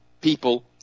people